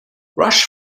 rush